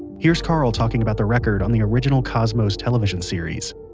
here's carl talking about the record on the original cosmos television series